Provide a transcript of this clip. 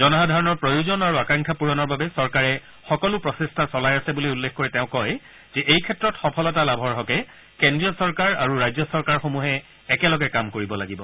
জনসাধাৰণৰ প্ৰয়োজন আৰু আকাংক্ষ্যা পূৰণৰ বাবে চৰকাৰে সকলো প্ৰচেষ্টা চলাই আছে বুলি উল্লেখ কৰি তেওঁ কয় যে এই ক্ষেত্ৰত সফলতা লাভৰ হকে কেন্দ্ৰীয় চৰকাৰ আৰু ৰাজ্য চৰকাৰসমূহে একেলগে কাম কৰিব লাগিব